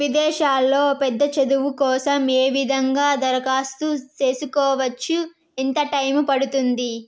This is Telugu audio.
విదేశాల్లో పెద్ద చదువు కోసం ఏ విధంగా దరఖాస్తు సేసుకోవచ్చు? ఎంత టైము పడుతుంది?